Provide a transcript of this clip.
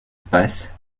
passent